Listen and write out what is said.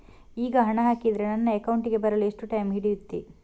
ಈಗ ಹಣ ಹಾಕಿದ್ರೆ ನನ್ನ ಅಕೌಂಟಿಗೆ ಬರಲು ಎಷ್ಟು ಟೈಮ್ ಹಿಡಿಯುತ್ತೆ?